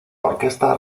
orquesta